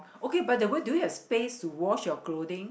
okay by the way do you have space to wash your clothing